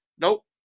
nope